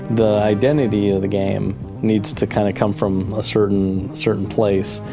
the identity of the game needs to kind of come from a certain certain place,